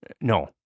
No